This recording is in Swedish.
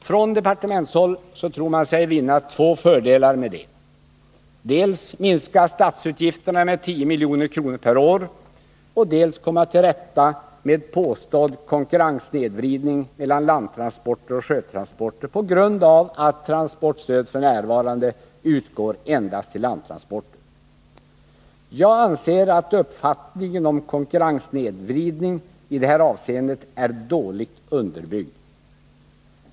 Från departementshåll tror man sig vinna två fördelar med detta: dels minska statsutgifterna med 10 milj.kr. per år, dels komma till rätta med påstådd konkurrenssnedvridning mellan landtransporter och sjötransporter på grund av att transportstöd f. n. utgår endast till landtransporter. Jag anser att uppfattningen om konkurrenssnedvridning i detta avseende är dåligt underbyggd.